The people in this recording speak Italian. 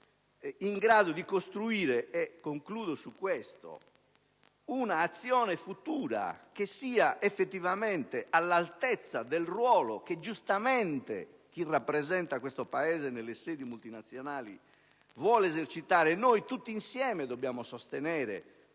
in grado di costruire un'azione futura che sia effettivamente all'altezza del ruolo che giustamente chi rappresenta questo Paese nelle sedi multinazionali vuole esercitare (e tutti insieme dobbiamo sostenere